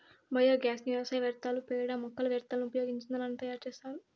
biogas ని వ్యవసాయ వ్యర్థాలు, పేడ, మొక్కల వ్యర్థాలను ఉపయోగించి ఇంధనాన్ని తయారు చేత్తారు